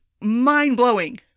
mind-blowing